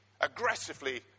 aggressively